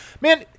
Man